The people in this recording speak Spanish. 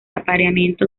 apareamiento